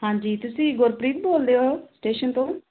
ਹਾਂਜੀ ਤੁਸੀਂ ਗੁਰਪ੍ਰੀਤ ਬੋਲਦੇ ਹੋ ਸਟੇਸ਼ਨ ਤੋਂ